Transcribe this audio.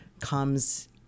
comes